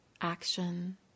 action